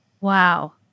Wow